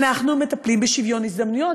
אנחנו מטפלים בשוויון הזדמנויות.